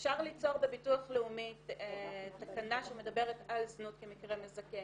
אפשר ליצור בביטוח לאומי תקנה שמדברת על זנות כמקרה מזכה